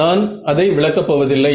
நான் அதை விளக்க போவதில்லை